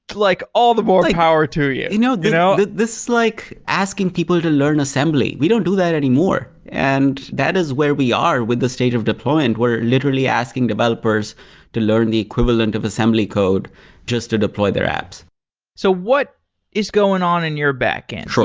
like all the more power to you. you know you know this is like asking people to learn assembly. we don't do that anymore. and that is where we are with the state of deployment. we're literally asking developers to learn the equivalent of assembly code just to deploy their apps so what is going on in your back-end?